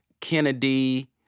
Kennedy